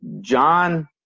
John